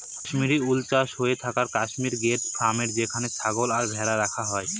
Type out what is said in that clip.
Kashmiri wool চাষ হয়ে থাকে কাশ্মির গোট ফার্মে যেখানে ছাগল আর ভেড়া রাখা হয়